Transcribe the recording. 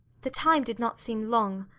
the time did not seem long,